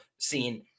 scene